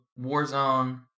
Warzone